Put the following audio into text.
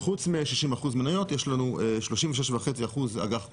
חוץ מ-60% יש לנו 36.5% אגף קונצרני.